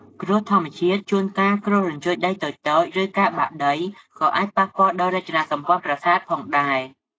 គ្រោះធម្មជាតិ ជួនកាលគ្រោះរញ្ជួយដីតូចៗ ឬការបាក់ដីក៏អាចប៉ះពាល់ដល់រចនាសម្ព័ន្ធប្រាសាទផងដែរ។